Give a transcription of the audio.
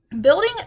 Building